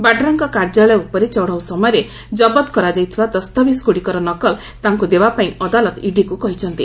ବାଡ୍ରାଙ୍କ କାର୍ଯ୍ୟାଳୟ ଉପରେ ଚଢାଉ ସମୟରେ ଜବତ କରାଯାଇଥିବା ଦସ୍ତାବିଜ୍ ଗୁଡିକର ନକଲ ତାଙ୍କୁ ଦେବା ପାଇଁ ଅଦାଲତ ଇଡିକୁ କହିଛନ୍ତି